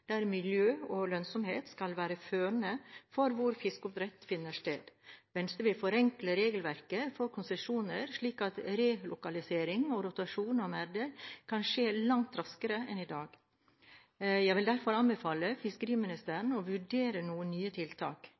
der miljø og lønnsomhet skal være førende for hvor fiskeoppdrett finner sted. Venstre vil forenkle regelverket for konsesjoner, slik at relokalisering og rotasjon av merder kan skje langt raskere enn i dag. Jeg vil derfor anbefale fiskeriministeren å vurdere noen nye tiltak.